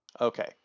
Okay